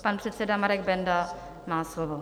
Pan předseda Marek Benda má slovo.